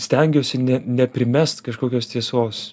stengiuosi ne neprimest kažkokios tiesos